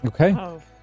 okay